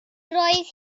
roedd